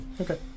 Okay